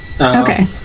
Okay